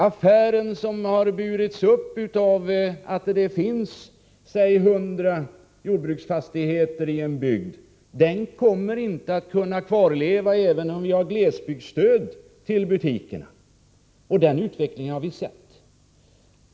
Affären, som har burits upp av att det har funnits hundratalet jordbruksfastigheter i en bygd, kommer inte att kunna leva kvar, även om vi har glesbygdsstöd till butikerna. Den utvecklingen har vi sett.